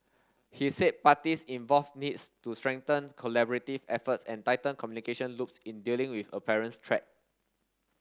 he said parties involved needs to strengthen collaborative efforts and tighten communication loops in dealing with apparent threat